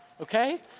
okay